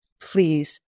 please